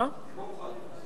לא אוכל.